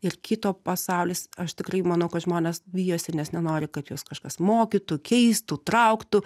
ir kito pasaulis aš tikrai manau kad žmonės bijosi nes nenori kad juos kažkas mokytų keistų trauktų